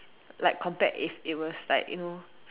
like compared if it was like you know